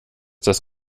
das